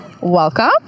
Welcome